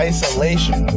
Isolation